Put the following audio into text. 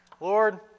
Lord